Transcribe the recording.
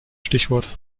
stichwort